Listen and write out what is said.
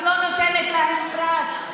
את לא נותנת להם פרס.